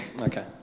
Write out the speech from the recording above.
okay